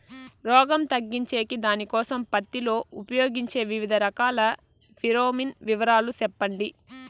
రోగం తగ్గించేకి దానికోసం పత్తి లో ఉపయోగించే వివిధ రకాల ఫిరోమిన్ వివరాలు సెప్పండి